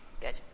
Good